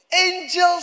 angels